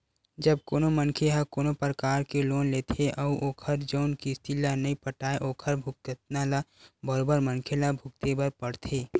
जब कोनो मनखे ह कोनो परकार के लोन ले लेथे अउ ओखर जउन किस्ती ल नइ पटाय ओखर भुगतना ल बरोबर मनखे ल भुगते बर परथे